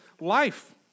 life